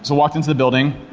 so walked into the building,